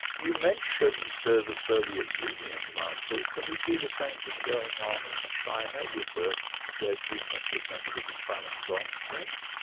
you mentioned the the soviet union, michael, can we see the same thing going on in china with their treatment of members of the falun gong sect?